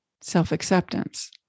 self-acceptance